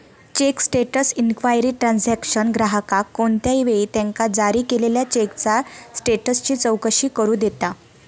check status inquiry transaction ग्राहकाक कोणत्याही वेळी त्यांका जारी केलेल्यो चेकचा स्टेटसची चौकशी करू देता